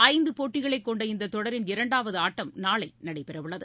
ஐந்து போட்டிகளை கொண்ட இந்த தொடரின் இரண்டாவது ஆட்டம் நாளை நடைபெறவுள்ளது